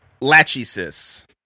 Lachesis